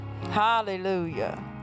Hallelujah